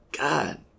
god